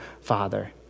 father